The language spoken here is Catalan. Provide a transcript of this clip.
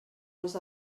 els